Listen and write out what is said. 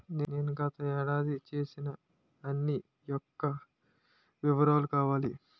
నేను గత ఏడాది చేసిన అన్ని యెక్క వివరాలు కావాలి?